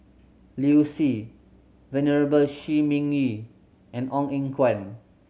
Liu Si Venerable Shi Ming Yi and Ong Eng Guan